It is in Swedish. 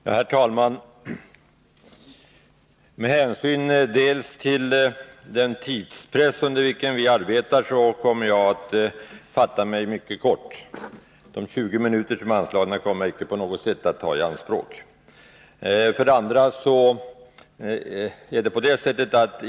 Herr talman! Med hänsyn till den tidspress under vilken vi arbetar kommer jagatt fatta mig kort. Jag kommer inte att ta i anspråk alla de 20 minuter som är anslagna.